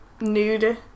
nude